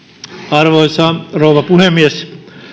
arvoisa rouva puhemies